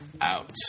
out